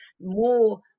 more